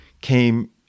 came